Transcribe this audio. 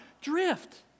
drift